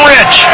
Rich